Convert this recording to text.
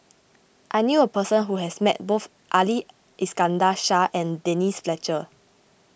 I knew a person who has met both Ali Iskandar Shah and Denise Fletcher